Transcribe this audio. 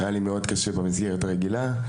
היה לי קשה מאוד במסגרת הרגילה,